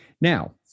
Now